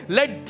let